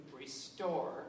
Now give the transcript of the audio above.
restore